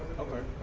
okay.